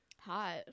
Hot